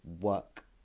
work